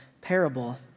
parable